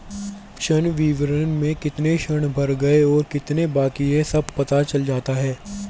ऋण विवरण में कितने ऋण भर गए और कितने बाकि है सब पता चल जाता है